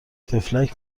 طفلک